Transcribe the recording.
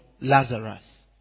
Lazarus